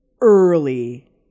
early